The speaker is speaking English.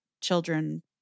children